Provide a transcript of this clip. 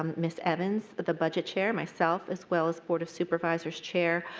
um ms. evans, the budget chair, myself, as well as board of supervisors chair